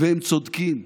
והם צודקים.